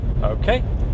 Okay